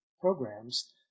programs